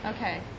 Okay